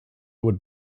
would